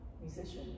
musician